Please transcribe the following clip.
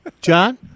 John